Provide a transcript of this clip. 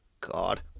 god